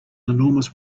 enormous